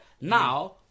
Now